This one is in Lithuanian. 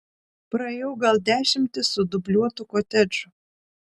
praėjau gal dešimtį sudubliuotų kotedžų